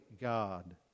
God